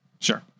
Sure